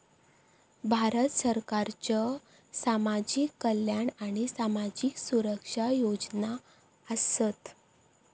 भारत सरकारच्यो सामाजिक कल्याण आणि सामाजिक सुरक्षा योजना आसत